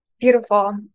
Beautiful